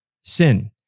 sin